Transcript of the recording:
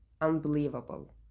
unbelievable